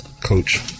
coach